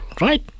right